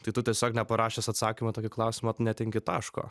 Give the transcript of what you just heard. tai tu tiesiog neparašęs atsakymo į tokį klausimą tu netenki taško